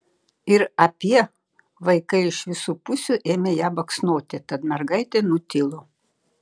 ir apie vaikai iš visų pusių ėmė ją baksnoti tad mergaitė nutilo